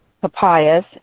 papayas